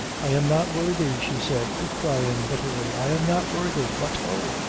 i am not worthy she said, cryin' bitterly i am not worthy but oh,